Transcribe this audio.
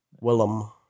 Willem